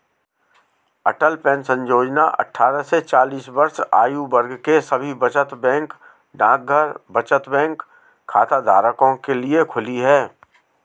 अटल pension योजना अट्ठारह से चालीस वर्ष आयु वर्ग के सभी बचत बैंक डाकघर बचत बैंक खाताधारकों के लिए खुली है